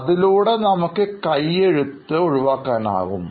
അതിലൂടെ നമുക്ക് കൈയെഴുത്ത് ഒഴിവാക്കാനാകും